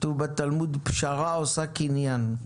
כתוב בתלמוד, פשרה עושה קניין.